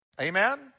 amen